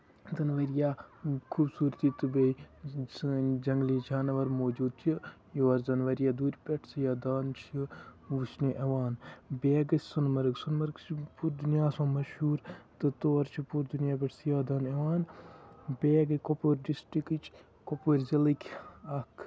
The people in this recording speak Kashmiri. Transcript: ییٚتٮ۪ن واریاہ خوٗبصوٗرتی تہِ بیٚیہِ سٲنۍ جَنگلی جانور مُوُجوٗد چھِ یور زَن واریاہ دوٗرِ پٮ۪ٹھ سِیاح دان چھِ وُچھنہِ ایٚوان بیٚیہِ ہا گٔے سۄنہٕ مَرٕگ سۄنہٕ مَرٕگ چھُ پوٗرٕ دُنیاہَس منٛز مَشہوٗر تہٕ تور چھِ پوٗرٕ دُنیاہ پٮ۪ٹھ سِیاح دان یِوان بیٚیہِ ہا گٔے کۄپور ڈِسٹرکٕچ کۄپوور ضلٕکۍ اکھ